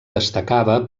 destacava